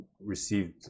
received